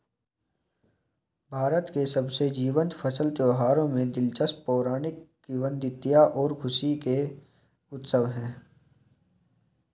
भारत के सबसे जीवंत फसल त्योहारों में दिलचस्प पौराणिक किंवदंतियां और खुशी के उत्सव है